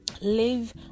Live